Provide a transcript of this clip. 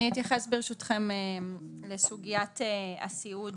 אני אתייחס ברשותכם לסוגיות הסיעוד,